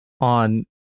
on